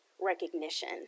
recognition